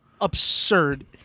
absurd